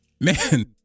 man